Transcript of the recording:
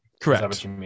correct